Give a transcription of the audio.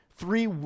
three